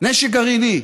נשק גרעיני,